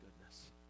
goodness